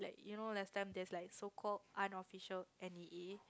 you know last time there is like so called unofficial N_E_A